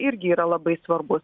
irgi yra labai svarbus